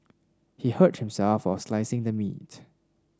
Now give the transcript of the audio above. he hurt himself while slicing the meat